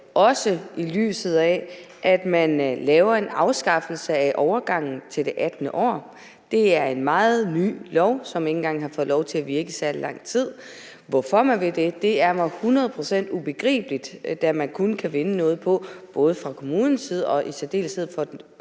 afskaffelse af reglerne i forbindelse med overgangen til det 18. år. Det er en meget ny lov, som ikke engang har fået lov til at virke i særlig lang tid. Hvorfor man vil det, er mig hundrede procent ubegribeligt, da man kun kan vinde ved det, både fra kommunens side og i særdeleshed fra det unge